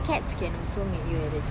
cats can also make you allergic